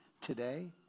Today